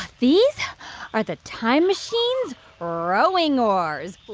these are the times machine's rowing oars.